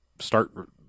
start